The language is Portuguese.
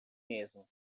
mesmo